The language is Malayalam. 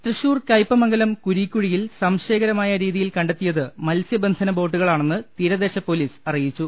തൃശ്ശൂർ കൈപ്പമംഗലം കുരീക്കുഴിയിൽ സംശയകരമായ രീതിയിൽ കണ്ടെത്തിയത് മത്സ്യബന്ധന ബോട്ടുകളാണെന്ന് തീരദേശ പൊലീസ് അറിയിച്ചു